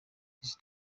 its